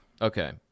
Okay